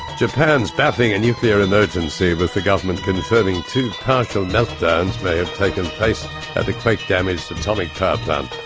japan's battling a nuclear emergency with the government confirming two partial meltdowns may have taken place at the quake damaged atomic power plant.